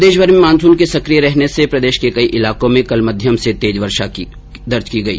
प्रदेशभर में मानसून के सक्रिय रहने से प्रदेश के कई इलाकों में कल मध्यम से तेज वर्षा दर्ज की गई